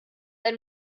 ein